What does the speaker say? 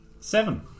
Seven